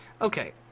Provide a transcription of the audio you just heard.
Okay